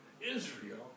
Israel